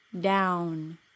down